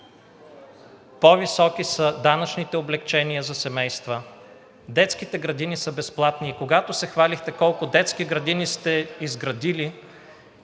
По-високи са данъчните облекчения за семейства. Детските градини са безплатни и когато се хвалихте колко детски градини сте изградили,